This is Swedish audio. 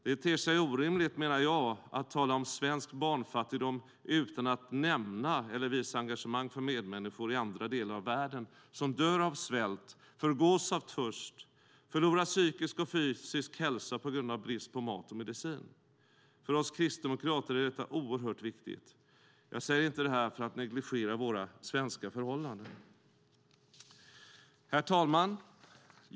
Det ter sig orimligt, menar jag, att tala om svensk barnfattigdom utan att nämna eller visa engagemang för medmänniskor i andra delar av världen som dör av svält, förgås av törst och förlorar psykisk och fysisk hälsa på grund av brist på mat och medicin. För oss kristdemokrater är detta oerhört viktigt. Jag säger inte detta för att negligera våra svenska förhållanden. Herr talman!